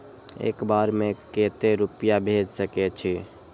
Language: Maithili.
एक बार में केते रूपया भेज सके छी?